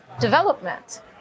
development